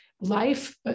Life